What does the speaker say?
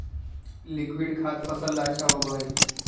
liquid खाद फसल ला अच्छा होबा हई